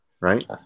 right